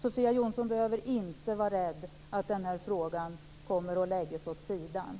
Sofia Jonsson behöver inte vara rädd för att den här frågan kommer att läggas åt sidan.